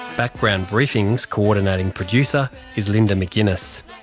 background briefing's coordinating producer is linda mcginness,